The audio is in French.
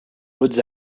hautes